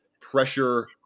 pressure